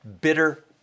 bitter